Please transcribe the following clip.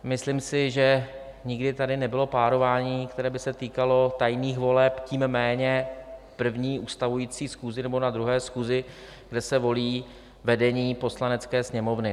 Myslím si, že nikdy tady nebylo párování, které by se týkalo tajných voleb, tím méně na první ustavující schůzi nebo na druhé schůzi, kde se volí vedení Poslanecké sněmovny.